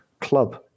club